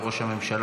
על ראש הממשלה,